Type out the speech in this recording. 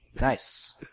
Nice